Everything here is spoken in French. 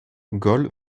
gold